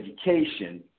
education